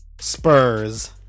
Spurs